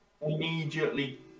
Immediately